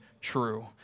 true